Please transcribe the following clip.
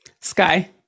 Sky